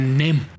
name